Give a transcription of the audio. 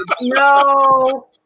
No